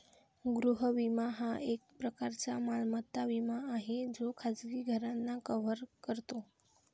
गृह विमा हा एक प्रकारचा मालमत्ता विमा आहे जो खाजगी घरांना कव्हर करतो